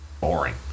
Boring